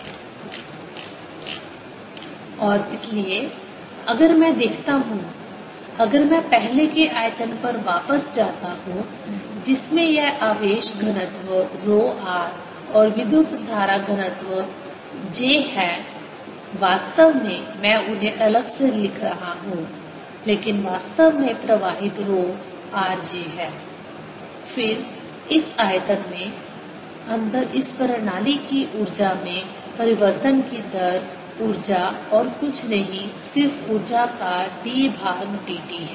FEρ PvFvEρr vj PjE PVIEl j aEjlaEj और इसलिए अगर मैं देखता हूं अगर मैं पहले के आयतन पर वापस जाता हूं जिसमें यह आवेश घनत्व रो r और विद्युत धारा घनत्व j है वास्तव में मैं उन्हें अलग से लिख रहा हूं लेकिन वास्तव में प्रवाहित रो r j है फिर इस आयतन के अंदर इस प्रणाली की ऊर्जा में परिवर्तन की दर ऊर्जा और कुछ नहीं है सिर्फ ऊर्जा का d भाग dt है